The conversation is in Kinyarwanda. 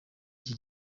iki